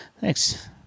Thanks